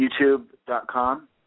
youtube.com